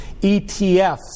ETFs